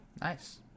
Nice